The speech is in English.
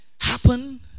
happen